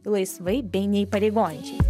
laisvai bei neįpareigojančiai